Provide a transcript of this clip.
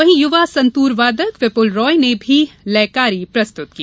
वहीं युवा संतूर वादक विपुल राय ने भी लयकारी प्रस्तुत की